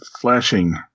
Flashing